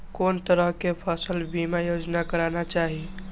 कोन तरह के फसल बीमा योजना कराना चाही?